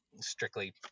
strictly